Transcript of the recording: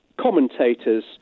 commentators